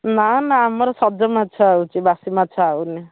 ନା ନା ଆମର ସଜ ମାଛ ଆଉଛି ବାସି ମାଛ ଆଉନି